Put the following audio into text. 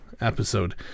episode